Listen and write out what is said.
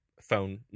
phone